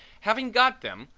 having got them,